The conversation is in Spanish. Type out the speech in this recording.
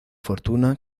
fortuna